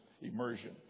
immersion